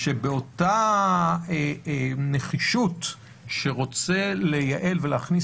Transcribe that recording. שבאותה נחישות שרוצה לייעל ולהכניס